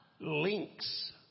links